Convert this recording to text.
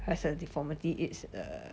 as a deformity it's uh